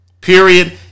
Period